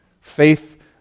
Faith